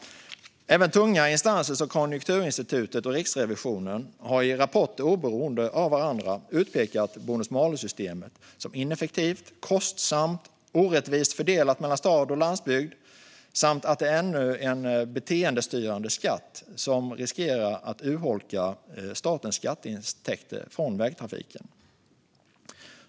Även tunga instanser som Konjunkturinstitutet och Riksrevisionen har i rapporter oberoende av varandra utpekat bonus-malus-systemet som ineffektivt, kostsamt och orättvist fördelat mellan stad och landsbygd. Man poängterar att det är ännu en beteendestyrande skatt som riskerar att urholka statens skatteintäkter från vägtrafiken.